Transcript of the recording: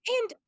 And-